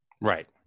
right